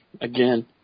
Again